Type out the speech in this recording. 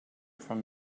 from